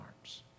arms